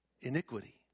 iniquity